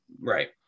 right